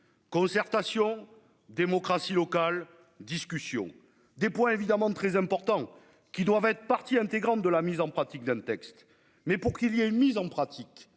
concertation, démocratie locale, discussion. Des points évidemment très importants, qui doivent être partie intégrante de la mise en pratique d'un texte. Mais pour qu'il y ait une mise en pratique,